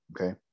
okay